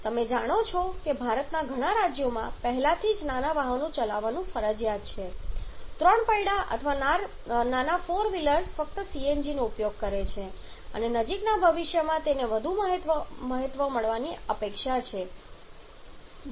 તમે જાણો છો કે ભારતના ઘણા રાજ્યોમાં પહેલાથી જ નાના વાહનો ચલાવવાનું ફરજિયાત છે ત્રણ પૈડાં અથવા નાના ફોર વ્હીલર્સ ફક્ત CNGનો જ ઉપયોગ કરે છે અને નજીકના ભવિષ્યમાં તેને વધુ મહત્વ મળવાની અપેક્ષા છે